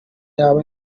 yaba